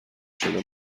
شده